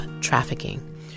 trafficking